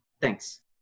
Thanks